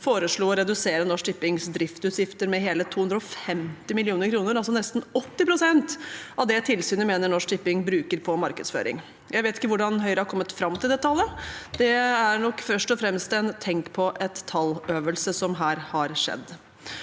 foreslo å redusere Norsk Tippings driftsutgifter med hele 250 mill. kr, altså nesten 80 pst. av det tilsynet mener Norsk Tipping bruker på markedsføring. Jeg vet ikke hvordan Høyre har kommet fram til det tallet. Det er nok først og fremst en «tenk på et tall»-øvelse som her har skjedd.